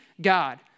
God